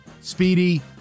Speedy